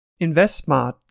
InvestSmart